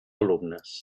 alumnes